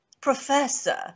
professor